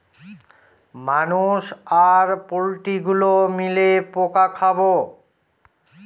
মানুষ আর পোল্ট্রি গুলো মিলে পোকা খাবো